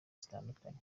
zitandukanye